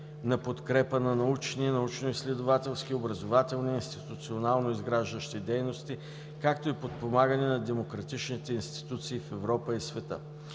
на подкрепа на научни, научно-изследователски, образователни, институционно-изграждащи дейности, както и подпомагане на демократичните институции в Европа и света.